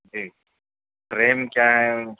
جی ریم کیا ہے